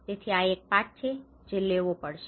તેથી આ એક પાઠ છે જે કોઈએ લેવો પડશે